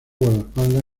guardaespaldas